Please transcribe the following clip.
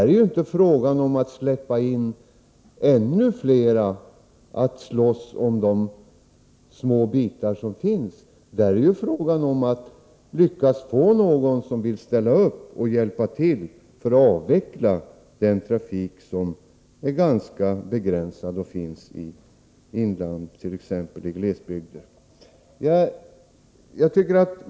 Där är det inte fråga om att släppa in ännu flera att slåss om de små bitarna, utan där är det ju fråga om att lyckas få någon som vill ställa upp och hjälpa till för att avveckla den ganska begränsade trafiken i inlandet, t.ex. i glesbygder.